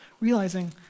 realizing